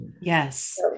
Yes